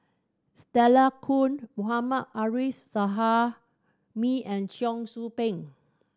Stella Kon Mohammad Arif Suhaimi and Cheong Soo Pieng